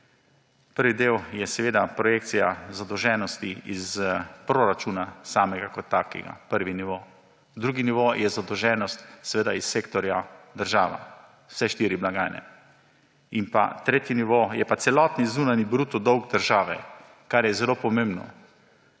Prvi del je projekcija zadolženosti iz proračuna samega kot takega. Prvi nivo. Drugi nivo je zadolženost, seveda iz sektorja država, vse štiri blagajne, in pa tretji nivo je pa celoten zunanji bruto dolg države. Kar je zelo pomembno,